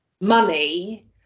Money